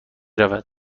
رود